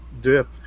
dip